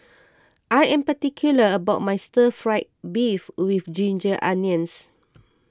I am particular about my Stir Fried Beef with Ginger Onions